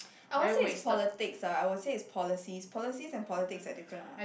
I won't say is politics ah I would say it's policies policies and politics are different ah